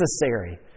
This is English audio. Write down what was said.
necessary